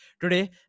Today